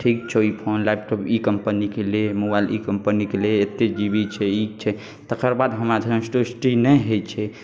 ठीक छौ ई फोन लैपटॉप ई कम्पनीके ले मोबाइल ई कम्पनीके ले एतेक जी बी छै ई छै तकर बाद हमरा जखन सन्तुष्टि नहि होइ छै